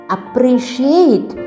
appreciate